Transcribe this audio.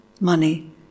money